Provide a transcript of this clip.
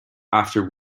after